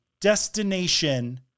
destination